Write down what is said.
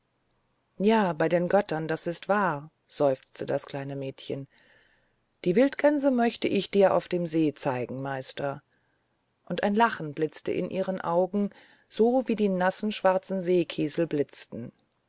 ja bei den göttern das ist wahr seufzte das kleine mädchen die wildgänse möchte ich dir auf dem see zeigen meister und ein lachen blitzte in ihren augen so wie die nassen schwarzen seekiesel blitzten